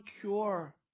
cure